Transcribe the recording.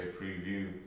preview